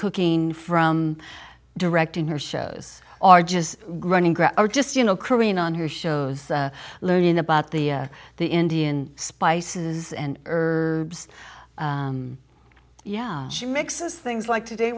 cooking from directing her shows are just running or just you know korean on her shows learning about the the indian spices and herbs yeah she mixes things like today